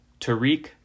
Tariq